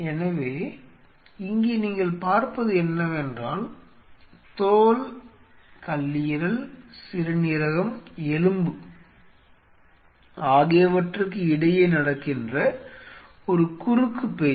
எனவே இங்கே நீங்கள் பார்ப்பது என்னவென்றால் தோல் கல்லீரல் சிறுநீரகம் எலும்பு ஆகியவற்றுக்கு இடையே நடக்கின்ற ஒரு குறுக்கு பேச்சு